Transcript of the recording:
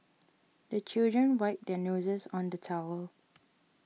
the children wipe their noses on the towel